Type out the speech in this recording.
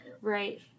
Right